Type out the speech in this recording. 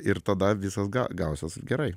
ir tada visas ga gausis gerai